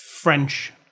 French